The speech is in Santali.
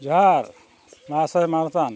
ᱡᱚᱦᱟᱨ ᱢᱚᱦᱟᱥᱚᱭ ᱢᱟᱱᱚᱛᱟᱱ